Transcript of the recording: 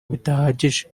bidahagije